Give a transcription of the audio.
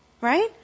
Right